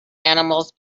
animals